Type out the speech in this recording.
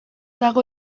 dago